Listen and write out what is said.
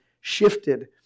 shifted